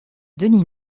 denis